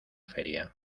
feria